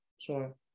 Sure